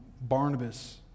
Barnabas